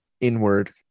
inward